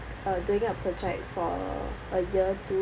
uh doing a project for a year two